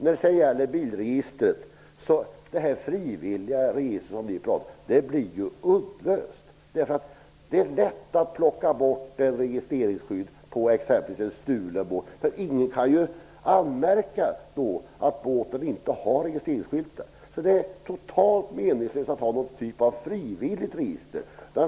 Det frivilliga båtregistret som ni talar om kommer att bli upplöst. Det är lätt att plocka bort en registreringsskylt från en stulen båt. Ingen kan anmärka på att båten inte har registeringsskylt. Det är totalt meningslöst att ha en typ av frivilligt register.